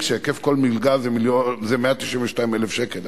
והיקף כל מלגה זה 192,000 שקל.